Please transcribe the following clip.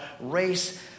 race